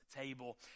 table